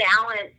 balance